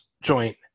joint